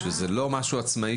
שהוא לא משהו עצמאי,